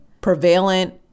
prevalent